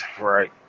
right